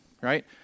right